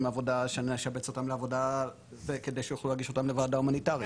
עבודה שנשבץ אותם לעבודה כדי שיוכלו להגיש אותם לוועדה הומניטרית.